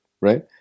right